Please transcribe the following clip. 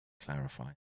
clarify